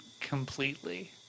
completely